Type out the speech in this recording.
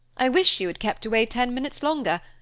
i wish you had kept away ten minutes longer,